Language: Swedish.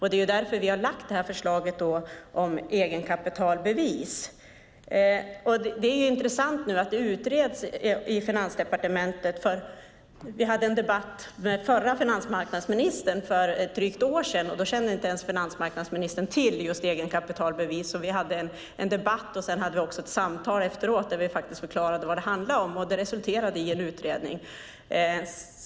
Det är därför som vi har lagt fram detta förslag om egenkapitalbevis. Det är intressant att detta nu utreds i Finansdepartementet. Vi hade en debatt med den förra finansmarknadsministern för drygt ett år sedan. Då kände han inte ens till just egenkapitalbevis. Vi hade då en debatt och också ett samtal efteråt då vi faktiskt förklarade vad det handlade om. Det resulterade i en utredning.